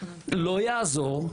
לא יעזור,